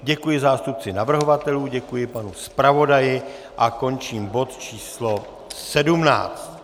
Děkuji zástupci navrhovatelů, děkuji panu zpravodaji a končím bod číslo 17.